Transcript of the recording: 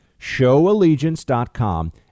showallegiance.com